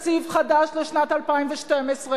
חבר הכנסת אופיר אקוניס,